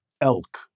Elk